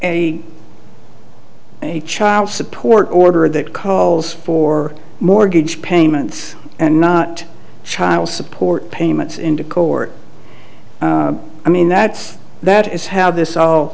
a child support order that calls for mortgage payments and not child support payments into court i mean that that is how this all